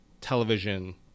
television